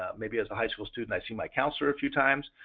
um maybe as a high school student i see my counselor a few times,